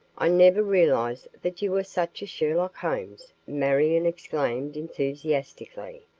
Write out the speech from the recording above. i never realized that you were such a sherlock holmes, marion exclaimed enthusiastically,